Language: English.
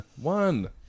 One